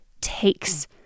takes